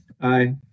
Aye